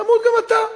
תמות גם אתה.